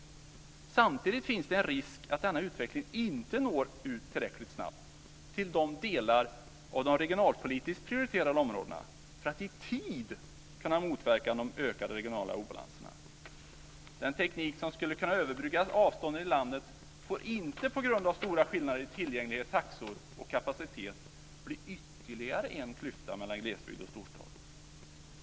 Samtidigt finns det en risk att denna utveckling inte når ut tillräckligt snabbt till de delar av de regionalpolitiskt prioriterade områdena för att i tid kunna motverka de ökade regionala obalanserna. Den teknik som skulle kunna överbrygga avstånd i landet får inte på grund av stora skillnader i tillgänglighet, taxor och kapacitet bli ytterligare en klyfta mellan glesbygd och storstad.